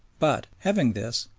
but, having this,